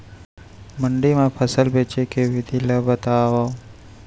मंडी मा फसल बेचे के विधि ला बतावव?